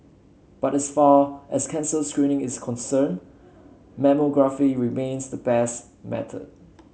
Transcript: but as far as cancer screening is concerned mammography remains the best method